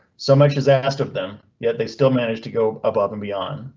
so much is asked of them, yet they still managed to go above and beyond.